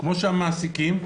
כמו שהמעסיקים,